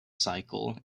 cycle